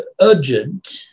urgent